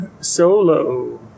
Solo